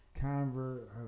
convert